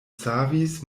savis